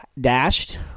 dashed